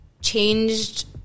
changed